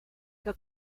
que